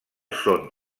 són